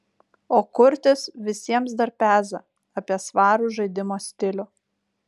o kurtis visiems dar peza apie svarų žaidimo stilių